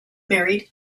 married